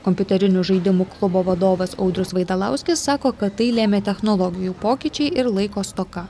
kompiuterinių žaidimų klubo vadovas audrius vaidalauskis sako kad tai lėmė technologijų pokyčiai ir laiko stoka